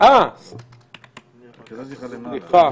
אה, סליחה,